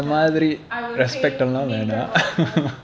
ya I will say நீங்கவாங்க:neenka vaanka